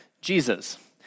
Jesus